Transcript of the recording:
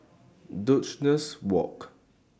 Duchess Walk